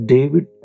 David